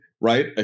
Right